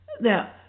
now